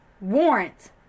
warrant